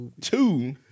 Two